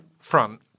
front